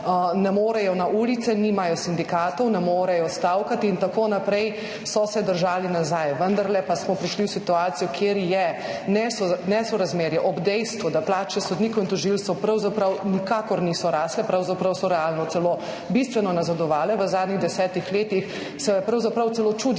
ne morejo na ulice, nimajo sindikatov, ne morejo stavkati in tako naprej. Držali so se nazaj, vendarle pa smo prišli v situacijo, kjer je nesorazmerje ob dejstvu, da plače sodnikov in tožilcev pravzaprav nikakor niso rasle. Pravzaprav so realno celo bistveno nazadovale v zadnjih 10 letih, pravzaprav se celo čudimo,